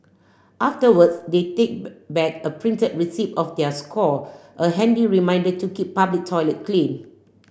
afterwards they take back a printed receipt of their score a handy reminder to keep public toilet clean